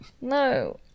No